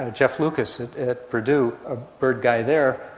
ah jeff lucas at at purdue, a bird guy there,